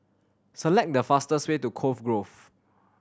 select the fastest way to Cove Grove